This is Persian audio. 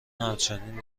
همچنین